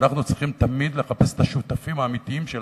ואנחנו צריכים תמיד לחפש את השותפים האמיתיים שלנו.